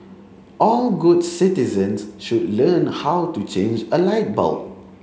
all good citizens should learn how to change a light bulb